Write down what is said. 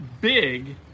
big